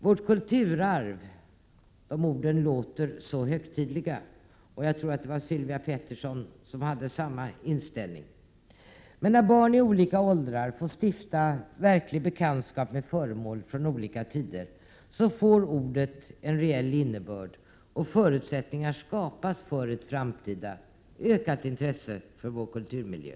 Vårt kulturarv, de orden låter så högtidliga, och jag tror att det var Sylvia Pettersson som hade samma inställning. Men när barn i olika åldrar får stifta verklig bekantskap med föremål från olika tider får de orden en reell innebörd, och förutsättningar skapas för ett framtida ökat intresse för vår kulturmiljö. Prot.